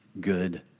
good